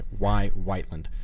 #WhyWhiteland